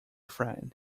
friend